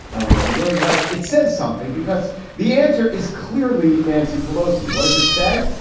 eleanor roosevelt, it says something because the answer is clearly nancy pelosi. what does it say?